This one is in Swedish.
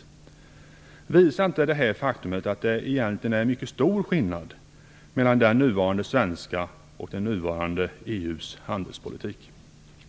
Bevisar inte detta faktum att det egentligen är en mycket stor skillnad mellan den nuvarande svenska handelspolitiken och den nuvarande handelspolitiken inom EU?